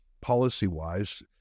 policy-wise